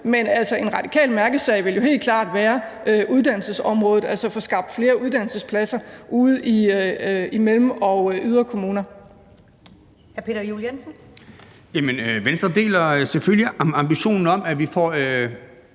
men en radikal mærkesag er jo helt klart uddannelsesområdet, altså at få skabt flere uddannelsespladser ude i mellem- og yderkommuner.